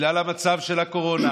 בגלל המצב של הקורונה.